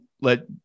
let